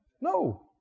No